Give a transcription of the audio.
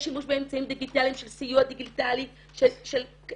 יש שימוש באמצעים דיגיטליים של סיוע דיגיטלי אם רוצים